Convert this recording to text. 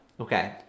Okay